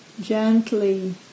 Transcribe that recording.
gently